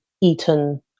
eaten